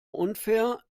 unfair